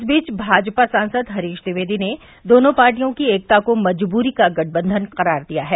इस बीच भाजपा सांसद हरीश द्विवेदी ने दोनों पार्टियों की एकता को मजबूरी का गठबंधन करार दिया है